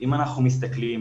אם אנחנו מסתכלים,